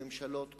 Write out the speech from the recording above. בממשלות קודמות,